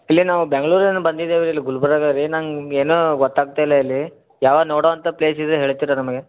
ಇಲ್ಲಿ ನಾವು ಬೆಂಗ್ಳೂರಿಂದ ಬಂದಿದ್ದೇವೆ ಇಲ್ಲಿ ಗುಲ್ಬರ್ಗಾ ರೀ ನಂಗೆ ಏನೂ ಗೊತ್ತಾಗ್ತಾ ಇಲ್ಲ ಇಲ್ಲಿ ಯಾವ ನೋಡುವಂಥ ಪ್ಲೇಸಿದೆ ಹೇಳ್ತೀರಾ ನಮಗೆ